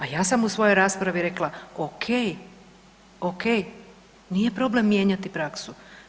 A ja sam u svojoj raspravi rekla ok, ok nije problem mijenjati praksu.